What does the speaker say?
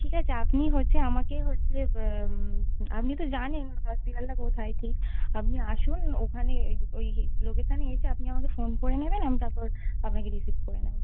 ঠিক আছে আপনি হচ্ছে আমাকে হচ্ছে আপনি তো জানেন হসপিটালটা কোথায় কি আপনি আসুন ওখানে ওই ওই লোকেশানে এসে আপনি আমাকে ফোন করে নেবেন আমি তারপর আপনাকে রিসিভ করে নেবো